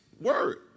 word